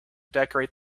decorate